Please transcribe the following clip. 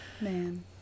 Man